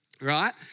right